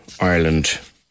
Ireland